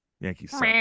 Yankees